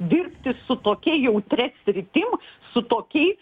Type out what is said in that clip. dirbti su tokia jautri sritim su tokiais